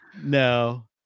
No